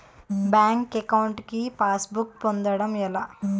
Bank account కి passbook పొందడం ఎలా?